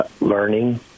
learning